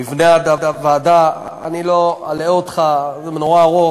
מבנה הוועדה, אני לא אלאה אותך, זה נורא ארוך.